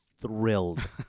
thrilled